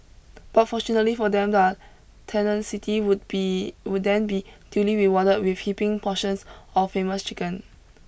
but fortunately for them their tenacity would be would then be duly rewarded with heaping portions of famous chicken